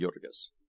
Jurgis